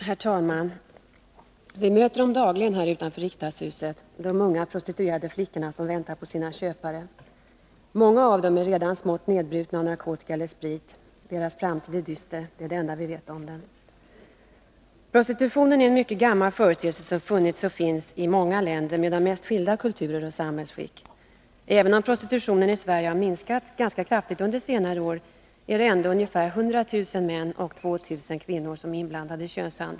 Herr talman! Vi möter dem dagligen här utanför riksdagshuset — de unga prostituerade flickorna som väntar på sina köpare. Många av dem är redan smått nedbrutna av narkotika eller sprit. Deras framtid är dyster. Det är det enda vi vet om dem. Prostitutionen är en mycket gammal företeelse, som funnits och finns i många länder med de mest skilda kulturer och samhällsskick. Även om prostitutionen i Sverige minskat under senare år, är det ungefär 100 000 män och 2 000 kvinnor som är inblandade i könshandel.